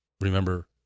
remember